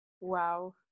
Wow